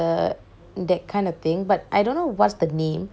uh that kind of thing but I don't know what's the name